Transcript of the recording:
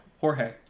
Jorge